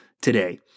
today